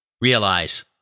Realize